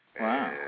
Wow